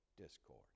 discord